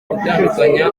gutandukanya